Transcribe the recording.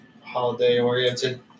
holiday-oriented